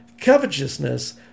covetousness